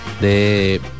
de